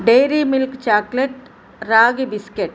Dairy Milk chocolate ragi biscuit